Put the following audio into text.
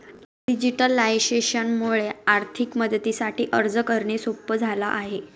digitalisation मुळे आर्थिक मदतीसाठी अर्ज करणे सोप झाला आहे